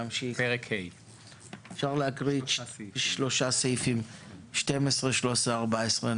אפשר להקריא את סעיפים 12, 13 ו-14.